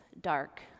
dark